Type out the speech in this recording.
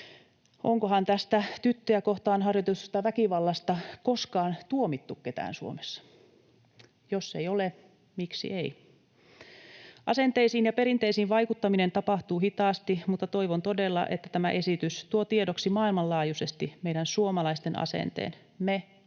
Onkohan tästä tyttöjä kohtaan harjoitetusta väkivallasta koskaan tuomittu ketään Suomessa? Jos ei ole, miksi ei? Asenteisiin ja perinteisiin vaikuttaminen tapahtuu hitaasti, mutta toivon todella, että tämä esitys tuo tiedoksi maailmanlaajuisesti meidän suomalaisten asenteen: me emme